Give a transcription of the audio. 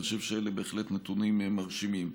אני חושב שאלה בהחלט נתונים מרשימים.